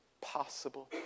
possible